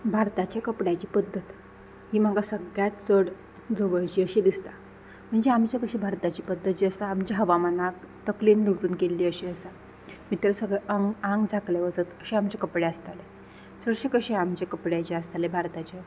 भारताचे कपड्याची पद्दत ही म्हाका सगळ्यात चड जवळची अशी दिसता म्हणजे आमचे कशी भारताची पद्दत जी आसा आमच्या हवामानाक तकलेन दवरून केल्ली अशी आसा भितर सगळें अंग आंग झाकले वचत अशे आमचे कपडे आसताले चडशे कशे आमचे कपडे जे आसताले भारताचे